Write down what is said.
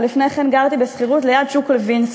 ולפני כן גרתי בשכירות ליד שוק לוינסקי,